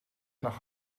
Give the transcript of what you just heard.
nach